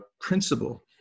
principle